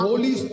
Holy